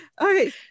Okay